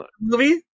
movie